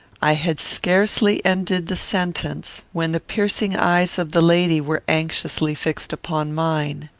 i had scarcely ended the sentence, when the piercing eyes of the lady were anxiously fixed upon mine.